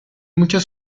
muchas